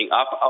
up